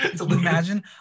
Imagine